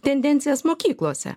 tendencijas mokyklose